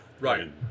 Right